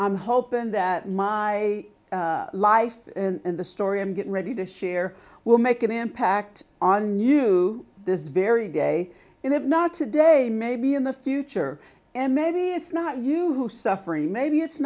i'm hoping that my life and the story i'm getting ready to share will make an impact on new this very day if not today maybe in the future and maybe it's not you who suffer a maybe it's